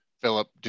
Philip